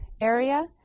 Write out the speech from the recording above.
area